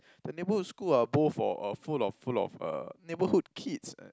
the neighbourhood school are both of full of full of uh neighbourhood kids eh